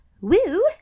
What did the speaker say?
Woo